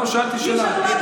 אין לנו מונופול על כלום.